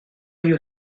you